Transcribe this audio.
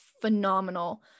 phenomenal